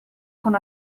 con